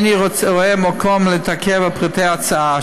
איני רואה מקום להתעכב על פרטי ההצעה,